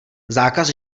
zákaz